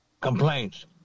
complaints